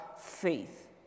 faith